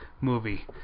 movie